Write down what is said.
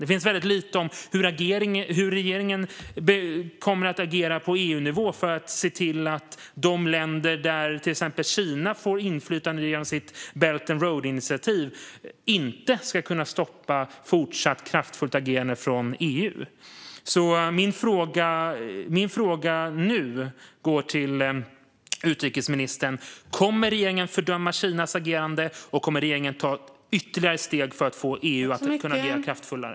Det finns väldigt lite om hur regeringen kommer att agera på EU-nivå för att se till att de länder där till exempel Kina får inflytande genom sitt Belt and Road-initiativ inte ska kunna stoppa fortsatt kraftfullt agerande från EU. Mina frågor går nu till utrikesministern: Kommer regeringen att fördöma Kinas agerande? Och kommer regeringen att ta ytterligare steg för att kunna få EU att agera kraftfullare?